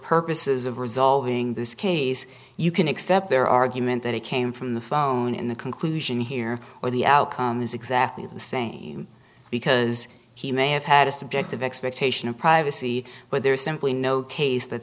purposes of resolving this case you can accept their argument that it came from the phone in the conclusion here or the outcome is exactly the same because he may have had a subjective expectation of privacy but there is simply no taste that